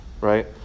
right